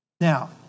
Now